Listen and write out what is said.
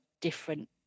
different